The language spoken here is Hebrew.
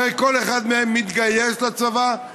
הרי כל אחד מהם מתגייס לצבא,